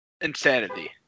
Insanity